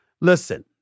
Listen